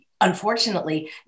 unfortunately